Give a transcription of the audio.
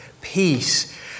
peace